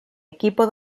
equipo